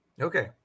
Okay